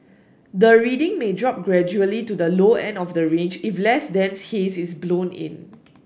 the reading may drop gradually to the low end of the range if less dense haze is blown in